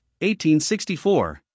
1864